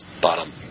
bottom